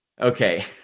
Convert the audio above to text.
Okay